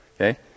okay